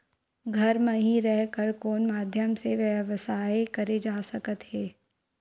घर म हि रह कर कोन माध्यम से व्यवसाय करे जा सकत हे?